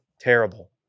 Terrible